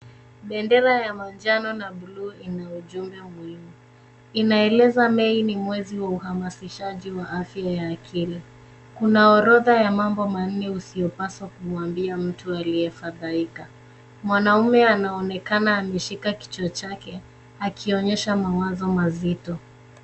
Bendera ya manjano na blue ina ujumbe muhimu. Inaeleza May ni mwezi wa uhamasishaji wa afya ya akili, kuna orodha ya mambo manne usiopaswa kumwambia mtu aliyefadhahika. Mwanaume anaonekana ameshika kichwa chake, akionyesha mawazo mazito.